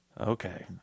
Okay